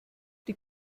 die